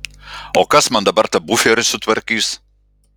o kas man dabar tą buferį sutvarkys